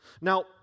Now